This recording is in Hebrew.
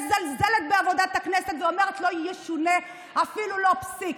מזלזלת בעבודת הכנסת ואומרת שלא ישונה אפילו לא פסיק.